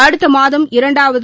அடுத்த மாதம் இரண்டாவது